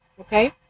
okay